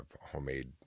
homemade